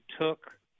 took